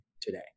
today